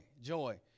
joy